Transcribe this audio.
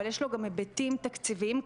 אבל יש לו גם היבטים תקציביים כבדים.